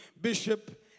Bishop